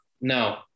No